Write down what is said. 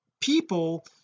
people